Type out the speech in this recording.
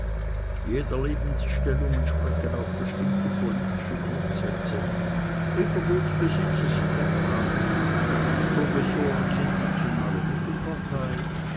jeder lebensstellung entsprechen auch bestimmte politische grundsätze rittergutsbesitzer sind agrarisch professoren sind nationale mittelpartei